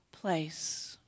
place